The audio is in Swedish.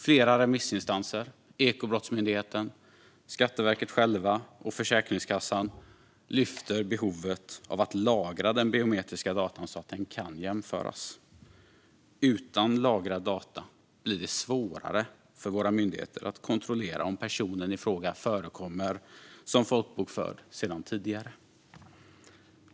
Flera remissinstanser - Ekobrottsmyndigheten, Skatteverket själva och Försäkringskassan - lyfter fram behovet av att lagra biometriska data så att de kan jämföras. Utan lagrade data blir det svårare för våra myndigheter att kontrollera om personen i fråga förekommer som folkbokförd sedan tidigare.